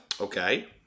Okay